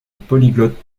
polyglotte